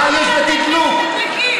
למה לא לתת למתדלקים?